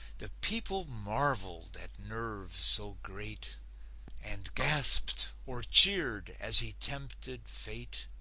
the people marvelled at nerve so great and gasped or cheered as he tempted fate,